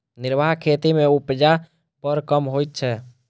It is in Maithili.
निर्वाह खेती मे उपजा बड़ कम होइत छै